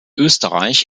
österreich